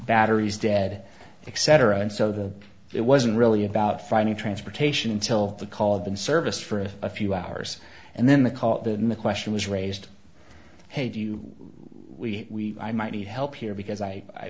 batteries dead except for and so the it wasn't really about finding transportation until the called in service for a few hours and then the call the question was raised hey do you we i might need help here because i